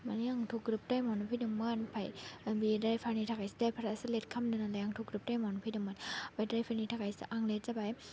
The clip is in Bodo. माने आंथ' ग्रोब टाइमआवनो फैदोंमोन ओमफ्राय बे द्राइभारनि थाखायसो द्राइभारासो लेट खालामदों नालाय आंथ' ग्रोब टाइमआवनो फैदोंमोन बे द्राइभारनि थाखायसो आं लेट जाबाय